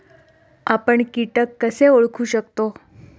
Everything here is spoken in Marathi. आपण कीटक कसे ओळखू शकतो?